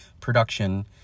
production